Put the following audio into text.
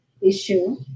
issue